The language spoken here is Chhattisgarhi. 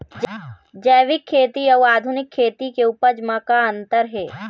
जैविक खेती अउ आधुनिक खेती के उपज म का अंतर हे?